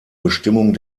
bestimmung